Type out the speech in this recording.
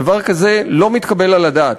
דבר כזה לא מתקבל על הדעת,